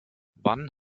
wann